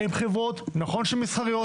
נכון שהן חברות מסחריות,